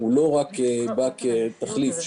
ולא רק בא כתחליף.